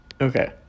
Okay